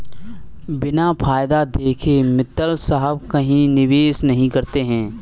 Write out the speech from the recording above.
बिना फायदा देखे मित्तल साहब कहीं निवेश नहीं करते हैं